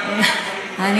אני